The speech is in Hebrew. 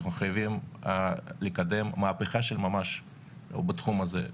אנחנו חייבים לקדם מהפיכה של ממש בתחום הזה.